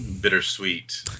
bittersweet